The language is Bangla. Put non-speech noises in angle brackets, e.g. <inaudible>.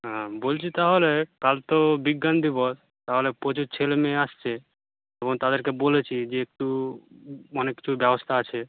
হ্যাঁ বলছি তাহলে কাল তো বিজ্ঞান দিবস তাহলে প্রচুর ছেলে মেয়ে আসছে এবং তাদেরকে বলেছি যে একটু <unintelligible> অনেক কিছুর ব্যবস্থা আছে